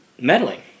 meddling